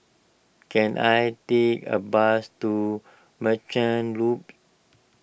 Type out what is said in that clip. can I take a bus to Merchant Loop